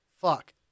fuck